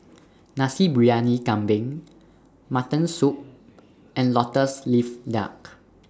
Nasi Briyani Kambing Mutton Soup and Lotus Leaf Duck